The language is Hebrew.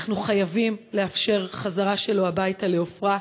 אנחנו חייבים לאפשר חזרה שלו הביתה לעפרה.